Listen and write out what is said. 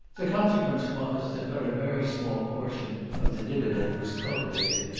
the consequence was, that but a very small portion of the dividend was cultivated,